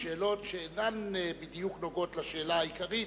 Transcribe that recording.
בשאלות שאינן נוגעות בדיוק בשאלה העיקרית,